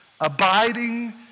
abiding